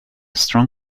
strong